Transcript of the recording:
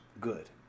good